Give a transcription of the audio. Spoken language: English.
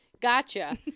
gotcha